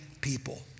people